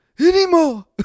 anymore